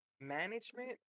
management